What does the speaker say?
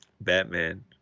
Batman